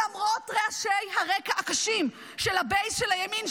למרות רעשי הרקע הקשים של הבייס של הימין,